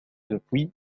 depuis